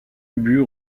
ubu